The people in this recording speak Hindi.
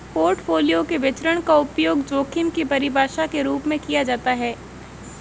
पोर्टफोलियो के विचरण का उपयोग जोखिम की परिभाषा के रूप में किया जाता है